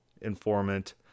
informant